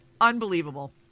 Unbelievable